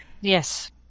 Yes